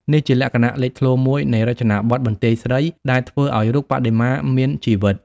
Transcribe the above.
នេះជាលក្ខណៈលេចធ្លោមួយនៃរចនាបថបន្ទាយស្រី ដែលធ្វើឱ្យរូបបដិមាមានជីវិត។